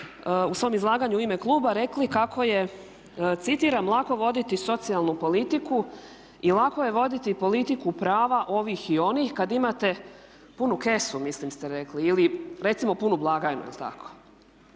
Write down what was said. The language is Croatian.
u svom izlaganju u ime kluba rekli kako je citiram lako voditi socijalnu politiku i lako je voditi politiku prava ovih i onih kada imate punu kesu, mislim ste rekli ili recimo punu blagajnu jeli tako?